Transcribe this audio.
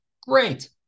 Great